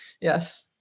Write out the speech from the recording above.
Yes